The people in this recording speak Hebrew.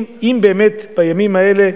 אם באמת בימים האלה,